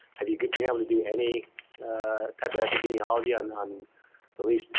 have you been able to do any type of epidemiology and on the least,